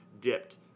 dipped